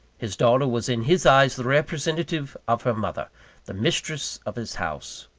his daughter was in his eyes the representative of her mother the mistress of his house,